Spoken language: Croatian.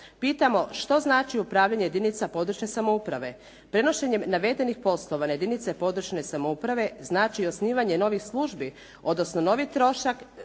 Pitamo što znači upravljanje jedinica područne samouprave? Prenošenjem navedenih poslova na jedinice područne samouprave znači osnivanje novih službi, odnosno novi trošak